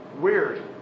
Weird